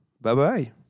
Bye-bye